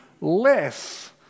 less